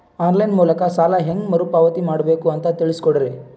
On line ಮೂಲಕ ಸಾಲ ಹೇಂಗ ಮರುಪಾವತಿ ಮಾಡಬೇಕು ಅಂತ ತಿಳಿಸ ಕೊಡರಿ?